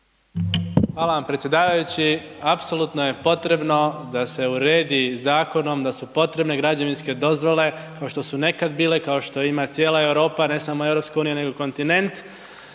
Hvala vam predsjedavajući. Apsolutno je potrebno, da se uredi zakonom, da su potrebne građevinske dozvole, kao što su nekada bile, kao što ima cijela Europa, ne samo EU, nego kontinent